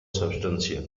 substantial